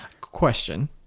Question